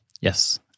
Yes